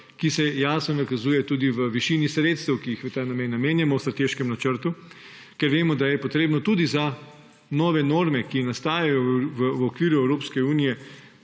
ki se jasno nakazuje tudi v višini sredstev, ki jih v ta namen namenjamo v strateškem načrtu, ker vemo, da je treba tudi za nove norme, ki nastajajo v okviru EU,